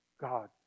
God